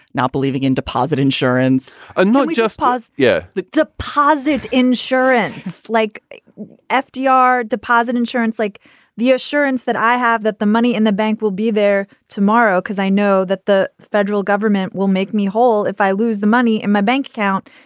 not believing in deposit insurance and not just pause yeah, the deposit insurance like ah fdr. deposit insurance like the assurance that i have that the money in the bank will be there tomorrow because i know that the federal government will make me whole if i lose the money in my bank account.